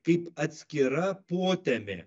kaip atskira potemė